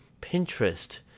Pinterest